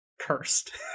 cursed